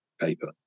paper